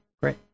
Great